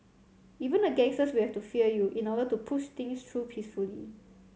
even the gangsters will have to fear you in order to push things through peacefully